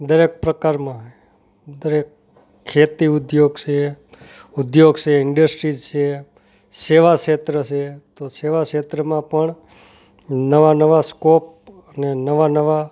દરેક પ્રકારમાં દરેક ખેતી ઉદ્યોગ છે ઉદ્યોગ છે ઇન્ડસ્ટ્રીજ છે સેવા ક્ષેત્ર સે તો સેવા ક્ષેત્રમાં પણ નવા નવા સ્કોપ ને નવા નવા